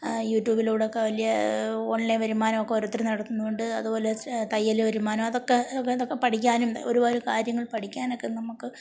യൂറ്റൂബിലോടൊക്കെ വലിയ ഓൺലൈൻ വരുമാനമൊക്കെ ഓരോര്ത്തര് നടത്തുന്നുണ്ട് അത്പോലെ തയ്യല് വരുമാനമോ അതൊക്കെ അതൊക്കെ പഠിക്കാനും കാര്യങ്ങൾ പഠിക്കാനൊക്കെ നമുക്ക്